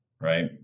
right